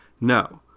no